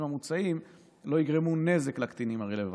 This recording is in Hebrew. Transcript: המוצעים לא יגרמו נזק לקטינים הרלוונטיים.